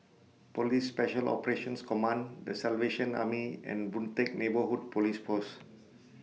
Police Special Operations Command The Salvation Army and Boon Teck Neighbourhood Police Post